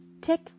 tick